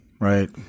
right